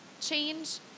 Change